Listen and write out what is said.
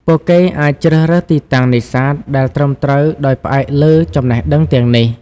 ពួកគេអាចជ្រើសរើសទីតាំងនេសាទដែលត្រឹមត្រូវដោយផ្អែកលើចំណេះដឹងទាំងនេះ។